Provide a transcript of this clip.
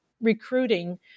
recruiting